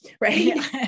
right